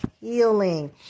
Healing